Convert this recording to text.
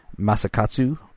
Masakatsu